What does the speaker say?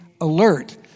alert